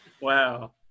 wow